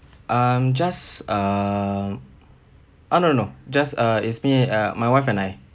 um just err uh no no no just uh is me uh my wife and I